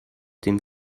dem